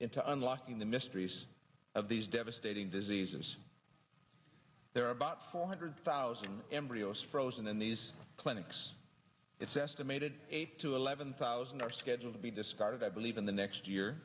into unlocking the mysteries of these devastating diseases there are about four hundred thousand embryos frozen in these clinics it's estimated eight to eleven thousand scheduled to be discarded i believe in the next year